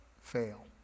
fail